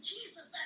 Jesus